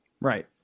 Right